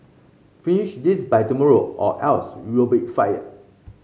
finish this by tomorrow or else you'll be fired